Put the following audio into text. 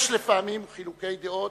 יש לפעמים חילוקי דעות,